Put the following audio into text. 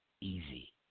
easy